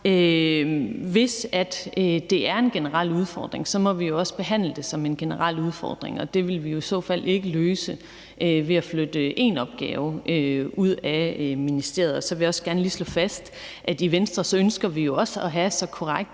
Hvis det er en generel udfordring, må vi jo også behandle det som en generel udfordring, og det ville vi i så fald ikke løse ved at flytte én opgave ud af ministeriet. Så vil jeg også gerne lige slå fast, at i Venstre ønsker vi jo også at have så korrekte